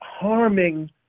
harming